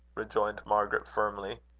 rejoined margaret, firmly.